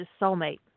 soulmate